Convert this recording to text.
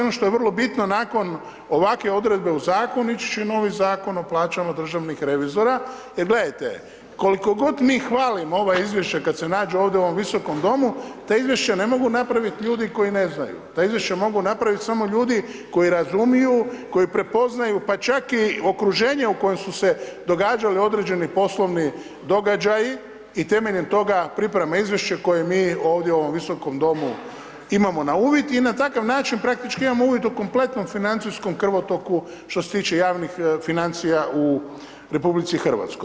Ono što je vrlo bitno, nakon ovakve odredbe u zakonu, ići će novi Zakon o plaćama državnih revizora, jer gledajte, koliko god mi hvalimo ova izvješća kad se nađu ovdje u ovom Visokom domu, ta izvješća ne mogu napravit ljudi koji ne znaju, ta izvješća mogu napraviti samo ljudi koji razumiju, koji prepoznaju, pa čak i okruženje u kojem su se događali određeni poslovni događaji i temeljem toga priprema izvješće koje mi ovdje u ovom Visokom domu imamo na uvid i na takav način praktički imamo uvid u kompletnom financijskom krvotoku što se tiče javnih financija u RH.